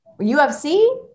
UFC